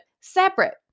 separate